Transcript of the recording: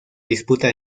disputa